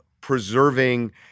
preserving